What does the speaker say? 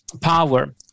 Power